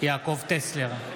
יעקב טסלר,